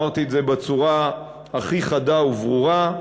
בצורה הכי חדה וברורה,